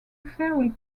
fairly